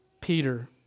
Peter